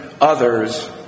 others